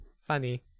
funny